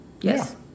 Yes